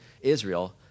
Israel